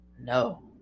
No